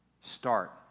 Start